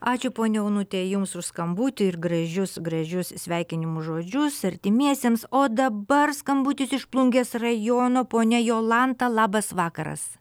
ačiū ponia onute jums už skambutį ir gražius gražius sveikinimo žodžius artimiesiems o dabar skambutis iš plungės rajono ponia jolanta labas vakaras